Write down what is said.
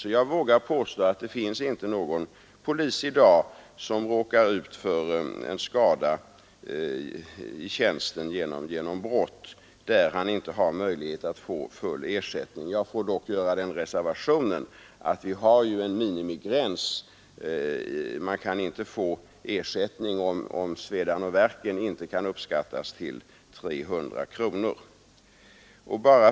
Så jag vågar påstå att det inte finns någon polisman i dag som råkar ut för en skada i tjänsten på grund av brott och som inte har möjlighet att få full ersättning. Jag får dock göra den reservationen att vi har en minimigräns. Man kan inte få ersättning om svedan och värken inte kan uppskattas till 300 kronor.